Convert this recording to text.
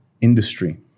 industry